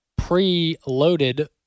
preloaded